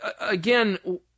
again